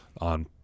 on